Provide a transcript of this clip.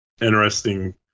interesting